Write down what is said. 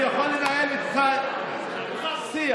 אני יכול לנהל איתך שיח.